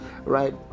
right